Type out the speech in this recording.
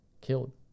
killed